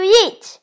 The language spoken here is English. eat